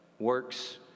Works